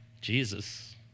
Jesus